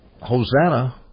Hosanna